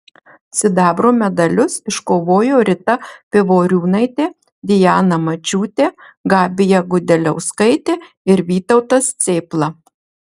sidabro medalius iškovojo rita pivoriūnaitė diana mačiūtė gabija gudeliauskaitė ir vytautas cėpla